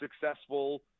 successful